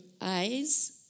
eyes